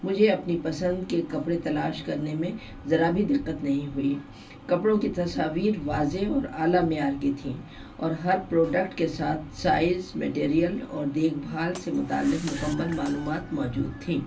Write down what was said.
مجھے اپنی پسند کے کپڑے تلاش کرنے میں ذرا بھی دقت نہیں ہوئی کپڑوں کی تصاویر واضح اور اعلیٰ معیار کی تھیں اور ہر پروڈکٹ کے ساتھ سائز میٹیریل اور دیکھ بھال سے متعلق مکمل معلومات موجود تھیں